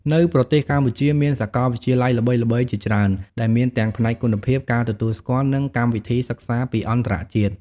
នៅប្រទេសកម្ពុជាមានសាកលវិទ្យាល័យល្បីៗជាច្រើនដែលមានទាំងផ្នែកគុណភាព ការទទួលស្គាល់ និងកម្មវិធីសិក្សាពីអន្តរជាតិ។